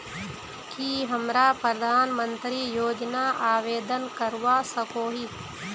की हमरा प्रधानमंत्री योजना आवेदन करवा सकोही?